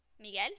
Miguel